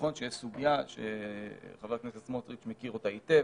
נכון שהיא הסוגיה שחבר הכנסת סמוטריץ' מכיר אותה היטב